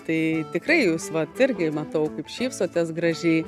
tai tikrai jūs vat irgi matau kaip šypsotės gražiai